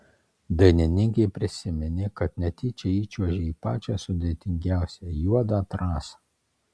dainininkė prisiminė kad netyčia įčiuožė į pačią sudėtingiausią juodą trasą